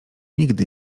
nigdy